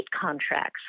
contracts